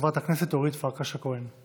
חברת הכנסת אורית פרקש הכהן.